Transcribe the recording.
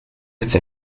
chcę